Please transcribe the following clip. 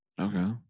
Okay